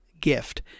gift